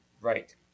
Right